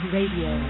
Radio